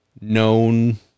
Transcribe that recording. known